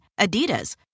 Adidas